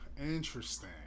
Interesting